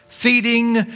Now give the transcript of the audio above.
feeding